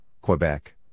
Quebec